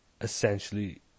essentially